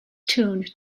tuned